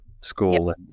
School